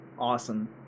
Awesome